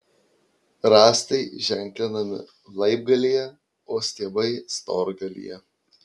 rąstai ženklinami laibgalyje o stiebai storgalyje